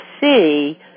see